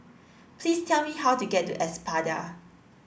please tell me how to get to Espada